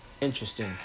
interesting